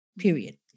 period